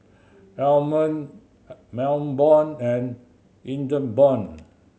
Almond Melbourne and Ingeborg